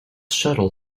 shuttle